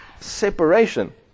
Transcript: Separation